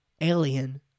Alien